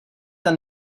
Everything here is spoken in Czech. ten